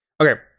Okay